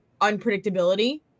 unpredictability